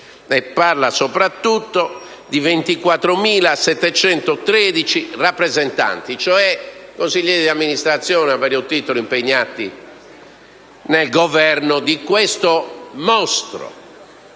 e soprattutto di 24.713 rappresentanti, ossia consiglieri di amministrazione a vario titolo impegnati nel governo di questo mostro